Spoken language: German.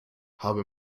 habe